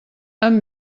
amb